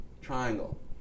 triangle